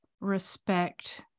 respect